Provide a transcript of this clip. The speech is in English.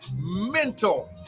mental